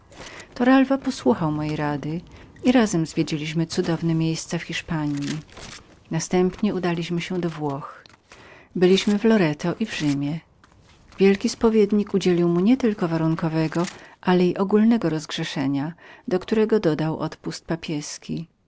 łaskę toralwa posłuchał mojej rady i razem zwiedzaliśmy cudowne miejsca w hiszpanji następnie udaliśmy się do włoch byliśmy w lorecie i w rzymie wielki spowiednik udzielił mu nie tylko warunkowe ale ogólne rozgrzeszenie do którego dodał odpust papiezki